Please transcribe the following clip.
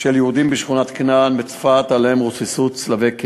של יהודים בשכונת כנען בצפת שעליהם רוססו צלבי קרס.